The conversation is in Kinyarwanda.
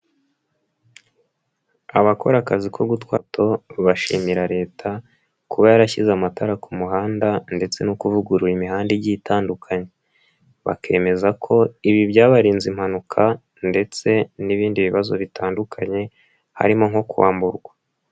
Abakora akazi ko gutwara moto bashimira leta kuba yarashyize amatara ku muhanda ndetse no kuvugurura imihanda igiye itandukanye bakemeza ko ibi byabarinze impanuka ndetse n'ibindi bibazo bitandukanye harimo nko kwamburwa.